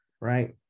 right